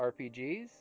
RPGs